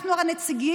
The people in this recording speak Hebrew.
אנחנו הרי נציגים